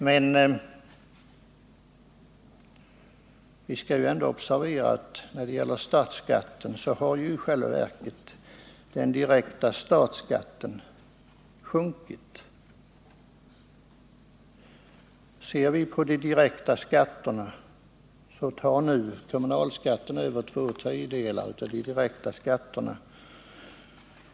Men vi bör observera att när det gäller statsskatten har den direkta statsskatten sjunkit. Ser vi på de direkta skatterna finner vi att kommunalskatten numera utgör mer än två tredjedelar av de direkta skatterna.